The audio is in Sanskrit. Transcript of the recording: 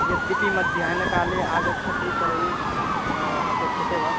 यद्यपि मध्याह्नकाले आगच्छति तर्हि अपेक्ष्यते वा